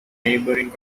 neighboring